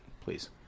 please